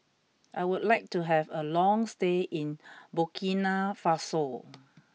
I would like to have a long stay in Burkina Faso